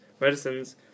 medicines